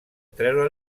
treure